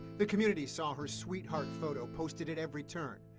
the community saw her sweetheart photo posted at every turn.